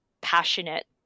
passionate